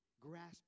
Grasp